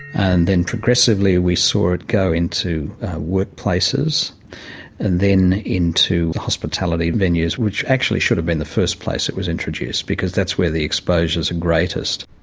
and then progressively we saw it go into workplaces and then into hospitality venues, which actually should have been the first place it was introduced, because that's where the exposures are greatest.